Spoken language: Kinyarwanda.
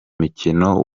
mukino